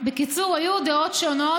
של התנפלות,